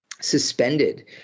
suspended